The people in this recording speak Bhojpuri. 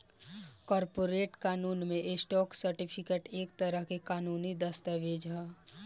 कॉर्पोरेट कानून में, स्टॉक सर्टिफिकेट एक तरह के कानूनी दस्तावेज ह